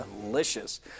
delicious